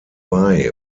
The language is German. wei